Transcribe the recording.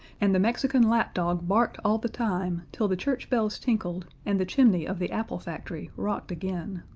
and the mexican lapdog barked all the time, till the church bells tinkled, and the chimney of the apple factory rocked again.